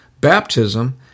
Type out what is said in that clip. baptism